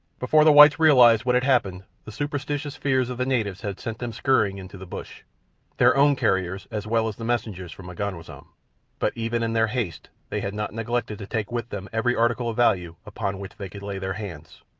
before the whites realized what had happened the superstitious fears of the natives had sent them scurrying into the bush their own carriers as well as the messengers from m'ganwazam but even in their haste they had not neglected to take with them every article of value upon which they could lay their hands.